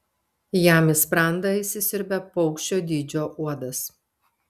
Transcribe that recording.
jam į sprandą įsisiurbia paukščio dydžio uodas